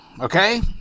okay